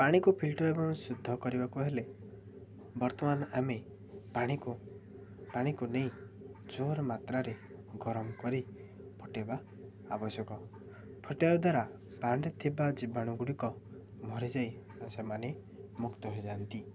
ପାଣିକୁ ଫିଲ୍ଟର୍ ଏବଂ ଶୁଦ୍ଧ କରିବାକୁ ହେଲେ ବର୍ତ୍ତମାନ ଆମେ ପାଣିକୁ ପାଣିକୁ ନେଇ ଜୋର ମାତ୍ରାରେ ଗରମ କରି ଫୁଟେଇବା ଆବଶ୍ୟକ ଫୁଟେଇବା ଦ୍ୱାରା ପାଣିରେ ଥିବା ଜୀବାଣୁ ଗୁଡ଼ିକ ମରିଯାଇ ସେମାନେ ମୁକ୍ତ ହୋଇଯାନ୍ତି